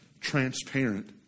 transparent